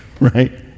right